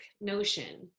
notion